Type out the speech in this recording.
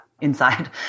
inside